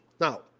Now